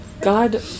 God